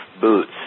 boots